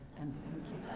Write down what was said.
and thank you.